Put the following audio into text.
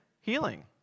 healing